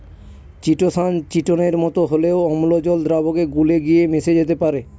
chitosan চিটোনের মতো হলেও অম্ল জল দ্রাবকে গুলে গিয়ে মিশে যেতে পারে